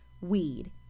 weed